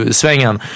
svängen